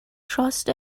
trust